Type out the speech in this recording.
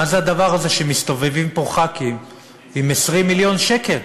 מה זה הדבר הזה שמסתובבים פה ח"כים עם 20 מיליון שקל?